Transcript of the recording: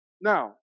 Now